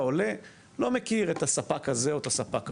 העולה לא מכיר את הספק הזה או את הספק ההוא,